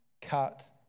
cut